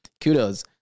Kudos